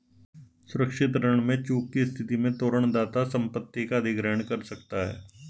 सुरक्षित ऋण में चूक की स्थिति में तोरण दाता संपत्ति का अधिग्रहण कर सकता है